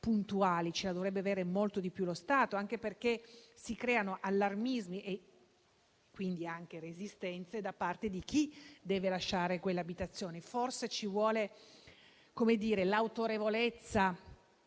la dovrebbe avere molto di più lo Stato, anche perché altrimenti si creano allarmismi e, quindi, anche resistenze da parte di chi deve lasciare quell'abitazione. Forse ci vuole l'autorevolezza